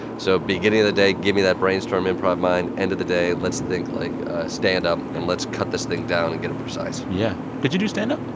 so beginning of the day give me that brainstorm improv mind. end of the day let's think like a stand-up, and let's cut this thing down and get it precise yeah. did you do stand-up?